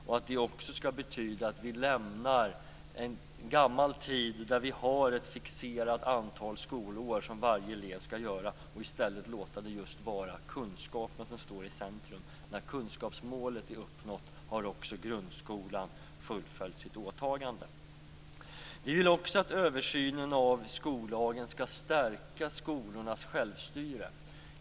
Det skall också betyda att vi lämnar en gammal tid där vi har ett fixerat antal skolår som varje elev skall gå för att i stället låta det vara just kunskapen som står i centrum. När kunskapsmålet är uppnått har också grundskolan fullföljt sitt åtagande. Vi vill också att översynen av skollagen skall stärka skolornas självstyre.